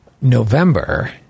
November